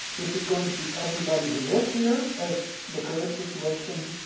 is it going to be everybody who lives here, as the current situation,